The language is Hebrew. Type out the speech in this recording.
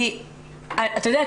אתה יודע,